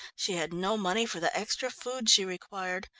she had no money for the extra food she required.